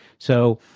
so,